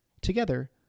Together